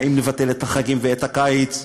האם לבטל את החגים ואת הקיץ?